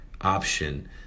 option